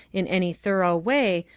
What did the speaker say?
in any thorough way,